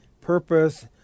purpose